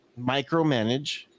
micromanage